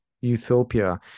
utopia